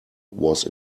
was